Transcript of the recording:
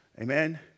amen